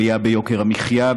עלייה ביוקר המחיה,